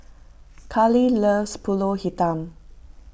Kahlil loves Pulut Hitam